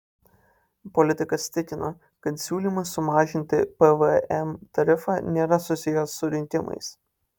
politikas tikino kad siūlymas sumažinti pvm tarifą nėra susijęs su rinkimais